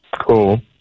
Cool